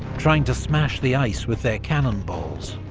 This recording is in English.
trying to smash the ice with their cannonballs.